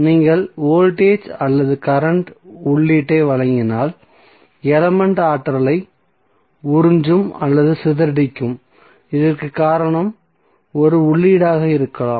நீங்கள் வோல்டேஜ் அல்லது கரண்ட் உள்ளீட்டை வழங்கினால் எலமென்ட் ஆற்றலை உறிஞ்சும் அல்லது சிதறடிக்கும் இதற்கு காரணம் ஒரு உள்ளீடாக இருக்கலாம்